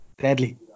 Deadly